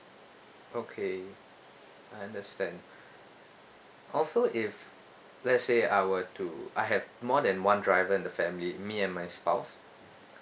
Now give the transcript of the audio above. okay I understand also if let's say I were to I have more than one driver in the family me and my spouse